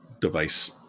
device